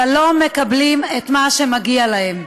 אבל לא מקבלים את מה שמגיע להם.